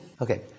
Okay